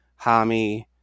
Hami